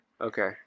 Okay